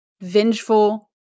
vengeful